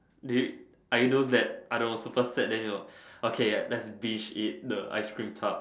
eh are you those that are the super sad then your okay right let's dish it the ice cream tub